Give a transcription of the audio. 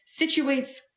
situates